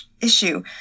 issue